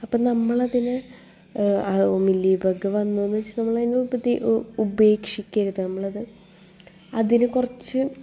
അപ്പോൾ നമ്മളതിനെ മിലി ബഗ് വന്നുവെന്ന് വെച്ച് നമ്മളതിനെ ഉപേക്ഷിക്കരുത് നമ്മളത് അതിന് കുറച്ച്